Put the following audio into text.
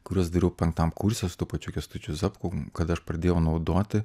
kuriuos dariau penktam kurse su tuo pačiu kęstučiu zapku kada aš pradėjau naudoti